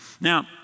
Now